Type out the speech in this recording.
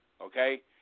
Okay